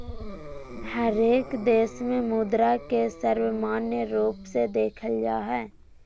हरेक देश में मुद्रा के सर्वमान्य रूप से देखल जा हइ